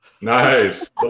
Nice